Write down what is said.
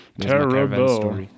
Terrible